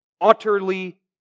Utterly